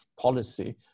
policy